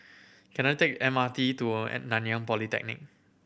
can I take M R T to Nanyang Polytechnic